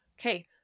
okay